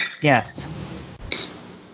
Yes